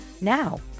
now